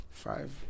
Five